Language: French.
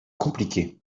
compliquer